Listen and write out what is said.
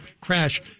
crash